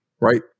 right